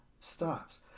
stops